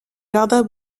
jardin